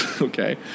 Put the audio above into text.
Okay